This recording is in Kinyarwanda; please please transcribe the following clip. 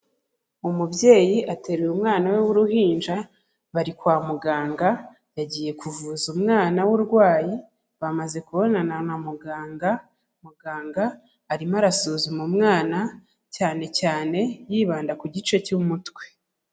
Umubyeyi ateruye umwana we w'uruhinja bari kwa muganga, yagiye kuvuza umwana we urwayi bamaze kubonana na muganga, muganga arimo arasuzuma umwana cyane cyane yibanda ku gice cy'umutwe.